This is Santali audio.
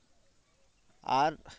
ᱟᱨ